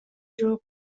жок